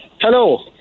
Hello